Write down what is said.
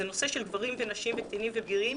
זה נושא של גברים ונשים וקטינים ובגירים.